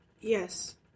Yes